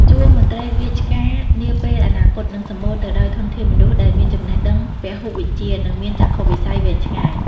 ជួរមន្ត្រីរាជការនាពេលអនាគតនឹងសំបូរទៅដោយធនធានមនុស្សដែលមានចំណេះដឹងពហុវិជ្ជា និងមានចក្ខុវិស័យវែងឆ្ងាយ។